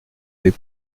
des